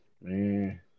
man